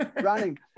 running